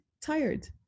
tired